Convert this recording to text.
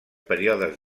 períodes